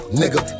nigga